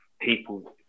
people